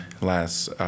last